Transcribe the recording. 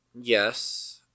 Yes